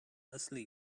asleep